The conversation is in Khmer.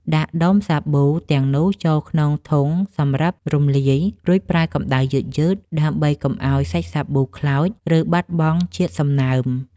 ដាក់ដុំសាប៊ូទាំងនោះចូលក្នុងធុងសម្រាប់រំលាយ រួចប្រើកម្ដៅយឺតៗ ដើម្បីកុំឱ្យសាច់សាប៊ូខ្លោច ឬបាត់បង់ជាតិសំណើម។